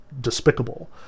despicable